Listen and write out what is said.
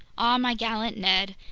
ah, my gallant ned!